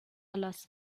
لاس